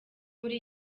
muri